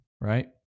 right